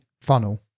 funnel